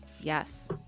Yes